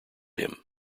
him